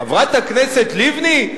חברת הכנסת לבני?